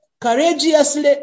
courageously